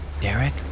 Derek